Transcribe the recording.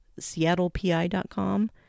seattlepi.com